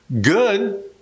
good